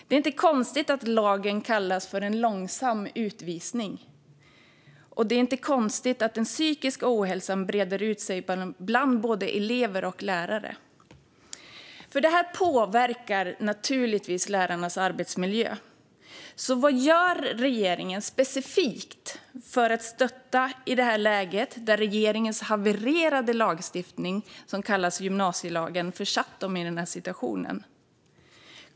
Det är inte konstigt att lagen kallas en långsam utvisning, och det är inte konstigt att den psykiska ohälsan breder ut sig bland både elever och lärare. Detta påverkar naturligtvis lärarnas arbetsmiljö. Vad gör ministern specifikt för att stötta i detta läge, där regeringens havererade lagstiftning, som kallas gymnasielagen, har försatt dem i denna situation?